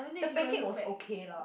the pancake was okay lah